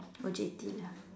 O_J_T lah